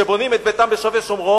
שבונים את ביתם בשבי-שומרון,